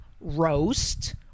roast